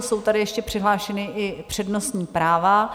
Jsou tady ještě přihlášena i přednostní práva.